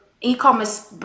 e-commerce